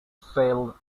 sale